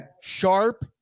Sharp